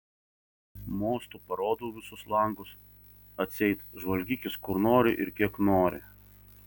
mostu parodau visus langus atseit žvalgykis kur nori ir kiek nori